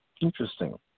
Interesting